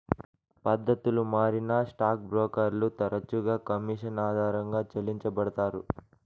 పద్దతులు మారినా స్టాక్ బ్రోకర్లు తరచుగా కమిషన్ ఆధారంగా చెల్లించబడతారు